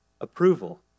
approval